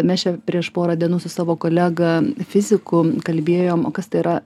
mes čia prieš porą dienų su savo kolega fiziku kalbėjom o kas tai yra